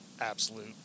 absolute